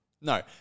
No